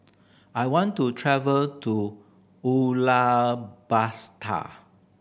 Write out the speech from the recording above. I want to travel to Ulaanbaatar